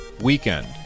weekend